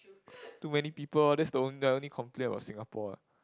too many people that's the only only complaint about Singapore what